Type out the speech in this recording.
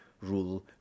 rule